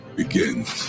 begins